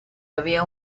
había